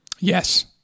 Yes